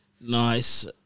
Nice